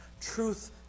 Truth